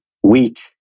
wheat